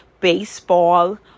baseball